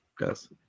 Yes